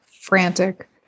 frantic